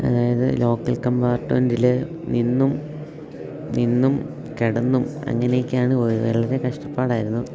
അതായത് ലോക്കൽ കമ്പാർട്ട്മെൻറ്റില് നിന്നും നിന്നും കിടന്നും അങ്ങനെ ഒക്കെയാണ് പോയത് വളരെ കഷ്ടപ്പാടായിരുന്നു